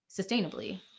sustainably